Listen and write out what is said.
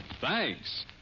Thanks